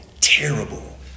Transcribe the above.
terrible